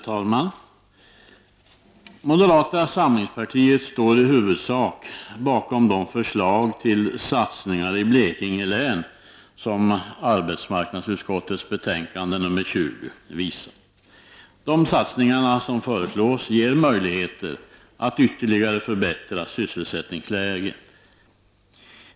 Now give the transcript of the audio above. Herr talman! Moderata samlingspartiet står i huvudsak bakom de förslag till satsningar i Blekinge län som arbetsmarknadsutskottets betänkande nr 20 visar. De satsningar som föreslås ger möjligheter att ytterligare förbättra sysselsättningsläget i länet.